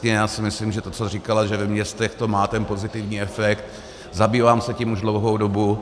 Já si myslím, že to co říkala, že ve městech to má ten pozitivní efekt, zabývám se tím už dlouhou dobu.